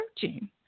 searching